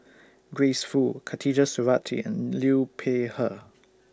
Grace Fu Khatijah Surattee and Liu Peihe